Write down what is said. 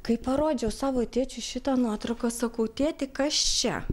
kai parodžiau savo tėčiui šitą nuotrauką sakau tėti kas čia